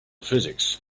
physics